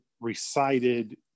recited